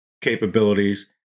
capabilities